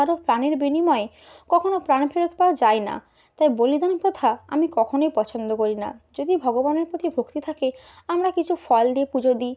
কারও প্রাণের বিনিময়ে কখনও প্রাণ ফেরত পাওয়া যায় না তাই বলিদান প্রথা আমি কখনোই পছন্দ করি না যদি ভগবানের প্রতি ভক্তি থাকে আমরা কিছু ফল দিয়ে পুজো দিই